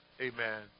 amen